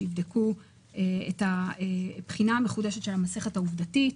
שיבדקו את הבחינה המחודשת של המסכת העובדתית.